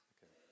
Okay